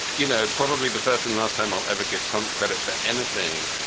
you know, probably the first and last time i'll ever give trump credit for anything,